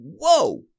whoa